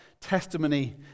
Testimony